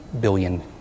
billion